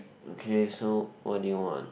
okay so what do you want